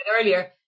earlier